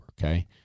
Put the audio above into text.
okay